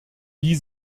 wie